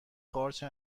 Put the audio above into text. قارچی